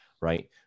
right